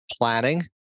planning